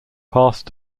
past